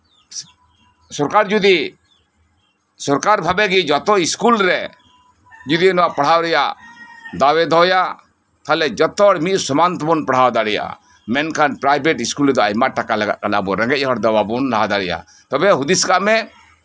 ᱥᱚᱨᱠᱟᱨ ᱡᱚᱫᱤ ᱥᱚᱨᱠᱟᱨ ᱵᱷᱟᱵᱮᱜᱮ ᱡᱚᱛᱚ ᱥᱠᱩᱞ ᱨᱮ ᱡᱚᱫᱤ ᱱᱚᱣᱟ ᱯᱟᱲᱦᱟᱣ ᱨᱮᱭᱟᱜ ᱫᱟᱣ ᱮ ᱫᱚᱦᱚᱭᱟ ᱛᱟᱦᱞᱮ ᱡᱚᱛᱚᱦᱚᱲ ᱢᱤᱫ ᱥᱚᱢᱟᱱ ᱛᱮᱵᱚᱱ ᱯᱟᱲᱦᱟᱣ ᱫᱟᱲᱮᱭᱟᱜᱼᱟ ᱢᱮᱱᱠᱷᱟᱱ ᱯᱨᱟᱭᱵᱷᱮᱴ ᱥᱠᱩᱞ ᱨᱮᱫᱚ ᱟᱭᱢᱟ ᱴᱟᱠᱟ ᱞᱟᱜᱟᱜ ᱠᱟᱱᱟ ᱟᱵᱚ ᱨᱮᱸᱜᱮᱡ ᱦᱚᱲ ᱫᱚ ᱵᱟᱵᱚᱱ ᱞᱟᱦᱟ ᱫᱟᱲᱮᱭᱟᱜᱼᱟ ᱛᱚᱵᱮ ᱦᱩᱫᱤᱥ ᱠᱟᱜ ᱢᱮ